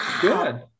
Good